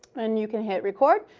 and you can hit record,